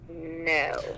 No